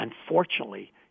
unfortunately—